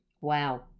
wow